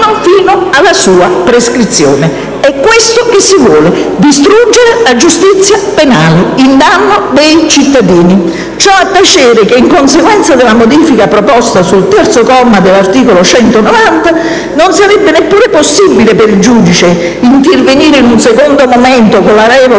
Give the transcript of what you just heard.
fino alla sua prescrizione. È questo che si vuole: distruggere la giustizia penale, in danno dei cittadini. Ciò a tacere che, in conseguenza della modifica proposta sul terzo comma dell'articolo 190, non sarebbe neppure possibile per il giudice intervenire in un secondo momento, con la revoca